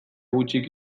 gutxik